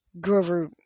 Grover